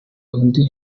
undi